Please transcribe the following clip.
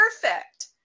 perfect